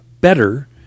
better